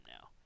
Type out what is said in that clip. now